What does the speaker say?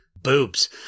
boobs